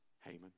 Haman